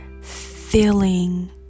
feeling